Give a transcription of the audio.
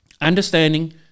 understanding